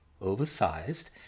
oversized